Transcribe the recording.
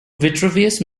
vitruvius